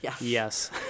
Yes